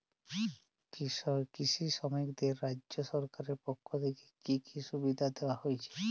কৃষি শ্রমিকদের রাজ্য সরকারের পক্ষ থেকে কি কি সুবিধা দেওয়া হয়েছে?